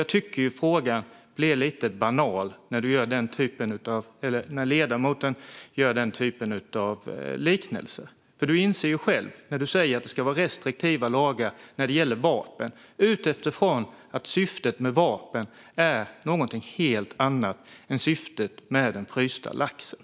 Jag tycker att frågan blir lite banal när ledamoten gör den typen av liknelser. Joar Forssell säger själv att det ska vara restriktiva lagar när det gäller vapen eftersom syftet med ett vapen är något helt annat än syftet med den frysta laxen.